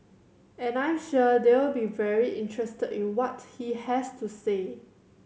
and I'm sure they'll be very interested in what he has to say